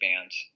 bands